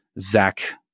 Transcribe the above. Zach